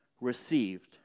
received